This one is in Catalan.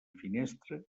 finestra